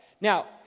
Now